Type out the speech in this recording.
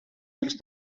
els